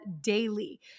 Daily